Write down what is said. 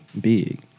big